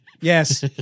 Yes